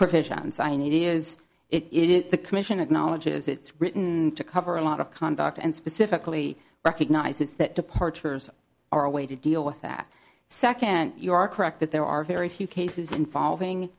provision and sign it is it is the commission acknowledges it's written to cover a lot of conduct and specifically recognizes that departures are a way to deal with that second you are correct that there are very few cases involving